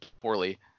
poorly